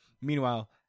Meanwhile